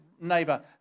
neighbor